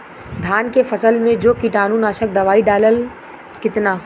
धान के फसल मे जो कीटानु नाशक दवाई डालब कितना?